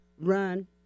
run